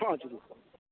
पाँच गो